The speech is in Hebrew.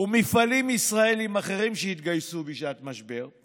ומפעלים ישראליים אחרים שהתגייסו בשעת משבר,